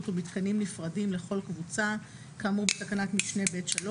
ומיתקנים נפרדים לכל קבוצה כאמור בתקנת משנה (ב)(3),